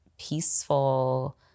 peaceful